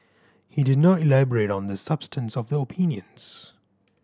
he did not elaborate on the substance of the opinions